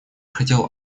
хотел